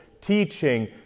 teaching